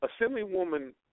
Assemblywoman